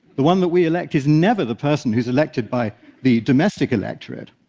the one that we elect is never the person who's elected by the domestic electorate.